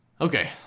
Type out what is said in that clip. okay